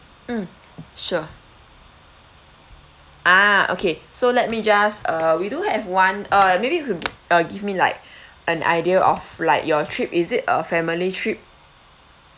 mm sure ah okay so let me just uh we do have one uh maybe you could uh give me like an idea of like your trip is it a family trip